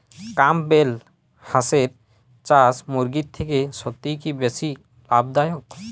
Campbell হাঁসের চাষ মুরগির থেকে সত্যিই কি বেশি লাভ দায়ক?